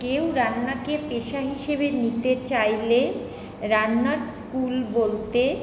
কেউ রান্নাকে পেশা হিসেবে নিতে চাইলে রান্নার স্কুল বলতে